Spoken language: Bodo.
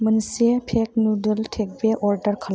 मोनसे पेक नुदोल टेकवे अरदार खालाम